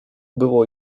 było